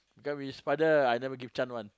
get we father I never chance one